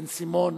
בן-סימון,